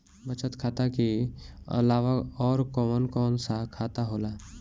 बचत खाता कि अलावा और कौन कौन सा खाता होला?